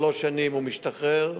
שלוש שנים והוא משתחרר.